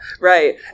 Right